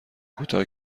کوتاه